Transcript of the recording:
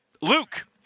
Luke